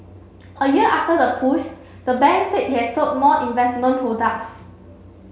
a year after the push the bank said it has sold more investment products